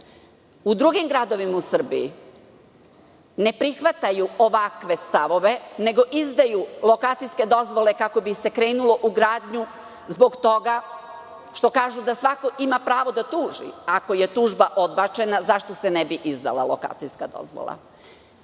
drugim gradovima u Srbiji ne prihvataju ovakve stavove, nego izdaju lokacijske dozvole kako bi se krenulo u gradnju, zbog toga što kažu da svako ima pravo da tuži. Ako je tužba odbačena, zašto se ne bi izdala lokacijska dozvola?